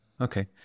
Okay